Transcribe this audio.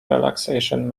relaxation